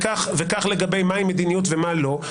כך לגבי מהי מדיניות ומה לא.